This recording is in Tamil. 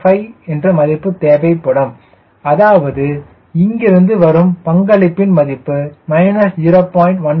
05 என்ற மதிப்பு தேவைப்படும் அதாவது இங்கிருந்து வரும் பங்களிப்பின் மதிப்பு 0